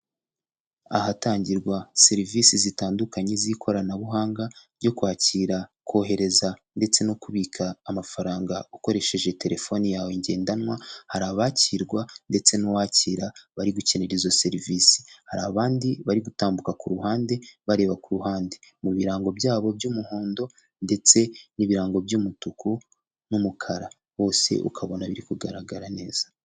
Ahatangirwa serivisi zitandukanye z'ikoranabuhanga ryo kwakira, kohereza ndetse no kubika amafaranga ukoresheje telefoni yawe ngendanwa, hari abakirwa ndetse n'uwakira bari gukenera izo serivisi, hari abandi bari gutambuka ku ruhande bareba ku ruhande mu birango byabo by'umuhondo ndetse n'ibirango by'umutuku n'umukara, rwose ukabona biri kugaragara neza.